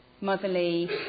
motherly